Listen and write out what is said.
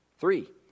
Three